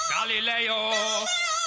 Galileo